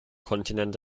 kontinent